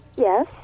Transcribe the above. Yes